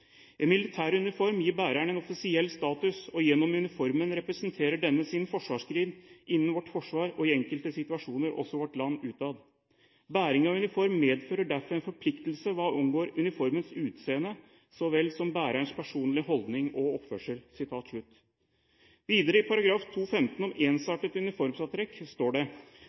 En militær uniform gir bæreren en offisiell status, og gjennom uniformen representerer denne sin forsvarsgren innen vårt forsvar og i enkelte situasjoner også vårt land utad. Bæring av uniform medfører derfor en forpliktelse hva angår uniformens utseende så vel som bærerens personlige holdning og oppførsel.» Videre i § 2.15 om ensartet uniformsantrekk står det: